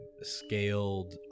scaled